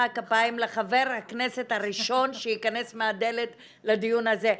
כפיים לחבר הכנסת הראשון שייכנס מהדלת לדיון הזה.